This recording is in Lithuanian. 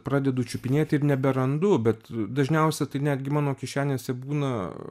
pradedu čiupinėti ir neberandu bet dažniausia tai netgi mano kišenėse būna